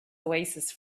oasis